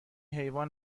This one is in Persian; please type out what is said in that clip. حیوان